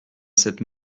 cette